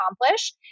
accomplish